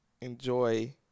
enjoy